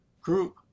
group